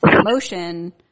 emotion